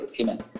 amen